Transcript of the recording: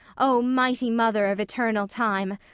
o mighty mother of eternal time,